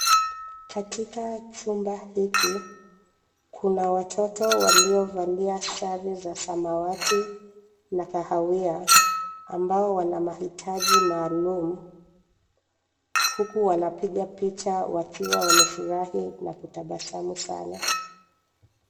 Katika chumba hiki kuna watoto walio valia sare za samawati na kahawia ambao wana mahitaji maalum uku wanapiga picha wakiwa wamefurahi na kutabasamu sana.